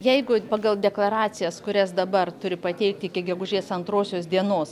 jeigu pagal deklaracijas kurias dabar turi pateikti iki gegužės antrosios dienos